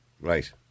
Right